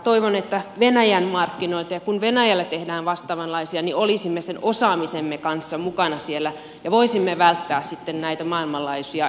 toivon että kun venäjällä tehdään vastaavanlaisia niin olisimme sen osaamisemme kanssa mukana siellä venäjän markkinoilla ja voisimme välttää sitten näitä maailmanlaajuisia ekokatastrofeja